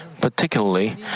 particularly